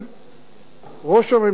ראש הממשלה צריך לאשר.